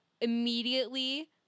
immediately